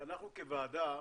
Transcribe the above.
כוועדה,